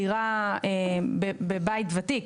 דירה בבית ותיק,